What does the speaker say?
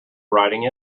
writing